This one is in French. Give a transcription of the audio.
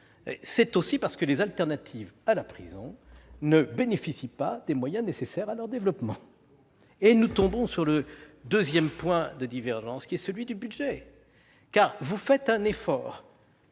c'est aussi parce que les alternatives à la prison ne bénéficient pas des moyens nécessaires à leur développement. Nous en arrivons alors à notre deuxième point de divergence, qui est celui du budget. Certes, dans cette